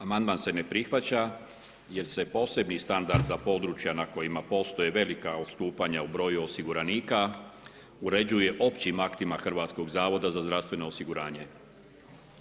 Amandman se ne prihvaća jer se po sebi standard za područja na kojima postoje velika odstupanja u broju osiguranika uređuje općim aktima HZZO-a.